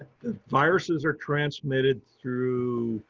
viruses are transmitted through,